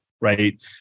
right